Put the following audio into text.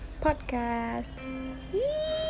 podcast